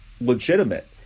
legitimate